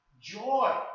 joy